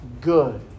good